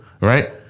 right